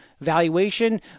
valuation